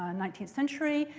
ah nineteenth century.